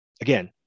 Again